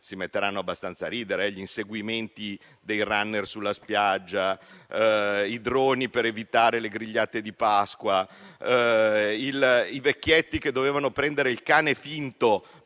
si metteranno abbastanza a ridere: gli inseguimenti dei *runner* sulla spiaggia, i droni per evitare le grigliate di Pasqua, i vecchietti che dovevano prendere il cane finto